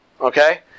okay